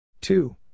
two